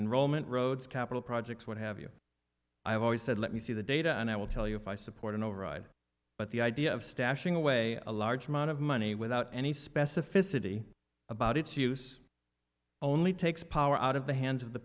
enrollment roads capital projects what have you i've always said let me see the data and i will tell you if i support an override but the idea of stashing away a large amount of money without any specificity about its use only takes power out of the hands of the